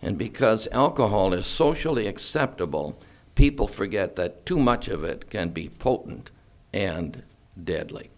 and because alcohol is socially acceptable people forget that too much of it can be potent and dead